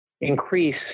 increase